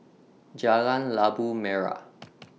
Jalan Labu Merah